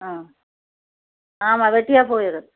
ஆ ஆமாம் வெட்டியாக போயிரும்